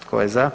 Tko je za?